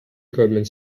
equipment